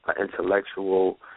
intellectual –